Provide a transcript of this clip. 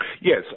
yes